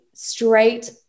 straight